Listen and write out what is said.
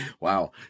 wow